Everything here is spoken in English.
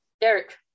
Derek